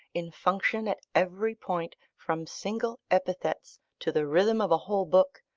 in function at every point, from single epithets to the rhythm of a whole book,